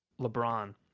LeBron